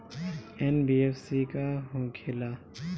NBFC का होंखे ला?